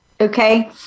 Okay